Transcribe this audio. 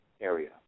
area